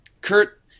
Kurt